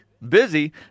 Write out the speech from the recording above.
Busy